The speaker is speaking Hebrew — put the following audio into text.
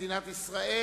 12 בעד,